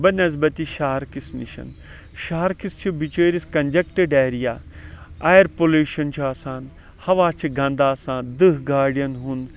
بَنسبَتہِ شَہرکِس نِش شَہرکِس چھ بِچٲرِس کَنجَکٹِڈ ایریا ایر پوٚلیٚوشَن چھُ آسان ہَوا چھ گَنٛدٕ آسان دٕہۍ گاڑٮ۪ن ہُنٛد